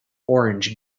orange